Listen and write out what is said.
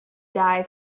die